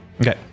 Okay